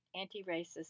anti-racist